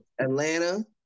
Atlanta